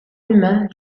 humains